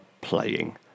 playing